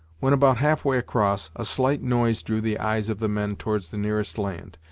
when about half way across, a slight noise drew the eyes of the men towards the nearest land,